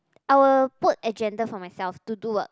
I will put agenda for myself to do work